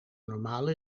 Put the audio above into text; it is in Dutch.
normale